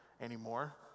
anymore